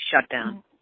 shutdown